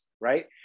right